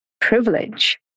privilege